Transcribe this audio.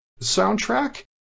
soundtrack